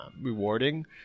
rewarding